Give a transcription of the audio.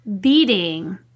beating